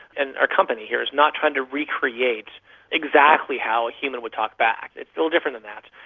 and our company here is not trying to recreate exactly how a human would talk back, it's a little different than that.